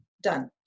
Done